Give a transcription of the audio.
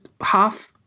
half